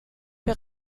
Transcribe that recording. wir